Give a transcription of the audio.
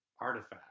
artifact